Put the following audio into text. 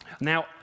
Now